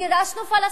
גירשנו פלסטינים,